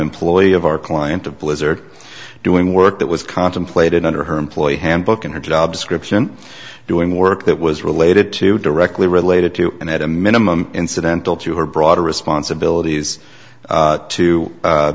employee of our client a blizzard doing work that was contemplated under her employee handbook and her job description doing work that was related to directly related to and at a minimum incidental to her broader responsibilities